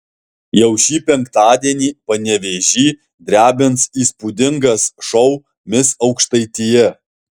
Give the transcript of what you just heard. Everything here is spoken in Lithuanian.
jau šį penktadienį panevėžį drebins įspūdingas šou mis aukštaitija